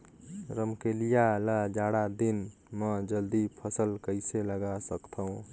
रमकलिया ल जाड़ा दिन म जल्दी फल कइसे लगा सकथव?